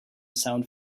sound